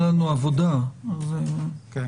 חברים,